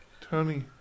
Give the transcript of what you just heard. Tony